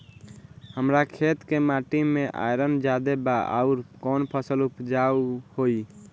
हमरा खेत के माटी मे आयरन जादे बा आउर कौन फसल उपजाऊ होइ?